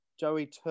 joey